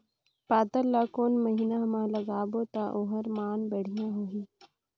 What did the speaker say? पातल ला कोन महीना मा लगाबो ता ओहार मान बेडिया होही?